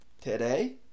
today